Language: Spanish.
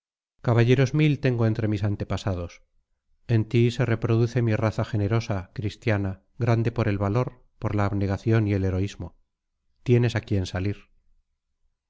caballeros mil tengo entre mis antepasados en ti se reproduce mi raza generosa cristiana grande por el valor por la abnegación y el heroísmo tienes a quién salir